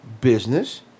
business